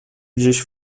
gdzieś